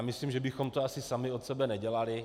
Myslím, že bychom to asi sami od sebe nedělali.